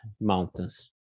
mountains